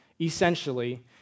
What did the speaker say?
essentially